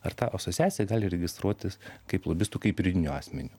ar ta asociacija gali registruotis kaip lobistu kaip juridiniu asmeniu